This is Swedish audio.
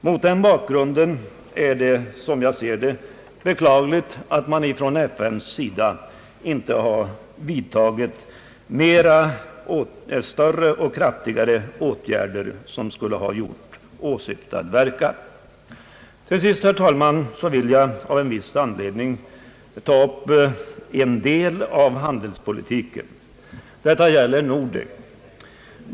Mot den bakgrunden är det som jag finner det beklagligt att FN inte har vidtagit kraftigare åtgärder. Till sist, herr talman, vill jag av en viss anledning säga några ord om handelspolitiken. Jag vill något beröra frågan om Nordek.